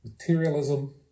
Materialism